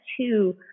two